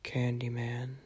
Candyman